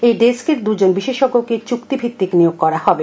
এই ডেস্কে দুজন বিশেষজ্ঞকে চুক্তিভিত্তিক নিয়োগ করা হবে